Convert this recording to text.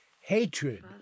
hatred